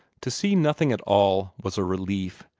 to see nothing at all was a relief,